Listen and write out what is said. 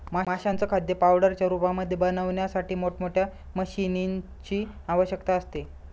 माशांचं खाद्य पावडरच्या रूपामध्ये बनवण्यासाठी मोठ मोठ्या मशीनीं ची आवश्यकता असते